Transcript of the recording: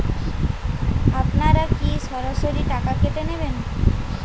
আপনারা কি সরাসরি টাকা কেটে নেবেন?